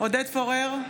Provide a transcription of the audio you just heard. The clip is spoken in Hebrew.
עודד פורר,